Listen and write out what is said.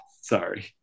sorry